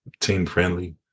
team-friendly